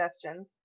suggestions